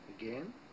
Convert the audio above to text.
Again